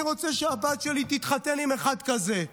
אני רוצה שהבת שלי תתחתן עם אחד כזה.